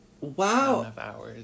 Wow